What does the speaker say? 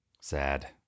Sad